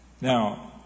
Now